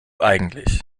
eigentlich